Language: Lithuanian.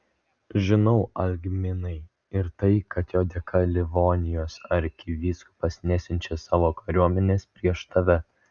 žinau algminai ir tai kad jo dėka livonijos arkivyskupas nesiunčia savo kariuomenės prieš tave